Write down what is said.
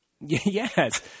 Yes